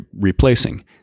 replacing